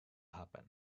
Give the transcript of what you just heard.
happen